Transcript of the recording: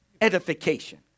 edification